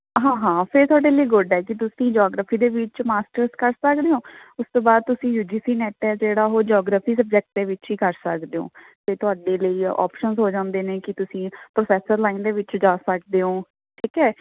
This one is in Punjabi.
ਹਾਂ ਹਾਂ ਫਿਰ ਤੁਹਾਡੇ ਲਈ ਗੁੱਡ ਹੈ ਜੇ ਤੁਸੀਂ ਜੋਗ੍ਰਾਫੀ ਦੇ ਵਿੱਚ ਮਾਸਟਰਸ ਕਰ ਸਕਦੇ ਓਂ ਉਸ ਤੋਂ ਬਾਅਦ ਤੁਸੀਂ ਯੂ ਜੀ ਸੀ ਨੈਟ ਹੈ ਜਿਹੜਾ ਉਹ ਜੋਗ੍ਰਾਫੀ ਸਬਜੈਕਟ ਦੇ ਵਿੱਚ ਹੀ ਕਰ ਸਕਦੇ ਓਂ ਅਤੇ ਤੁਹਾਡੇ ਲਈ ਓਪਸ਼ਨਸ ਹੋ ਜਾਂਦੇ ਨੇ ਕਿ ਤੁਸੀਂ ਪ੍ਰੋਫੈਸਰ ਲਾਈਨ ਦੇ ਵਿੱਚ ਜਾ ਸਕਦੇ ਓਂ ਠੀਕ ਹੈ